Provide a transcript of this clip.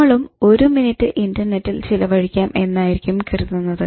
നമ്മളും 1 മിനിറ്റ് ഇന്റർനെറ്റിൽ ചിലവഴിക്കാം എന്നായിരിക്കും കരുതുന്നത്